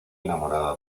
enamorada